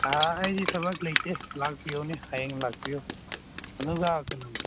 ꯑꯩꯗꯤ ꯊꯕꯛ ꯂꯩꯇꯦ ꯂꯥꯛꯄꯤꯌꯨꯅꯦ ꯍꯌꯦꯡ ꯂꯥꯛꯄꯤꯌꯨ ꯑꯗꯨꯒ ꯀꯩꯅꯣ